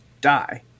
die